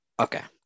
Okay